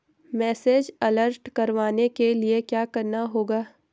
Message alert करवाने के लिए क्या करना होगा?